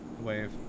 wave